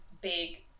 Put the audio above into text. big